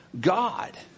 God